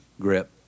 grip